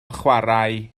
chwarae